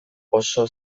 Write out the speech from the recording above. oso